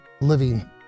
living